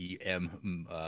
EM